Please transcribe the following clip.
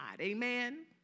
Amen